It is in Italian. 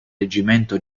reggimento